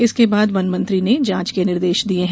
इसके बाद वनमंत्री ने जांच के निर्देश दिये हैं